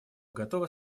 готово